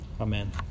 Amen